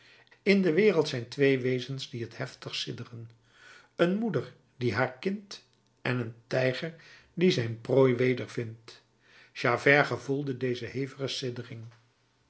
in de wereld zijn twee wezens die het hevigst sidderen een moeder die haar kind en een tijger die zijn prooi wedervindt javert gevoelde deze